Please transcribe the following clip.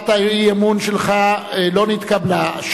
הצעת האי-אמון שלך לא נתקבלה.